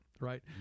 right